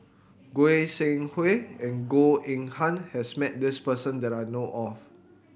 Goi Seng Hui and Goh Eng Han has met this person that I know of